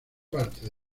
parte